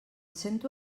sento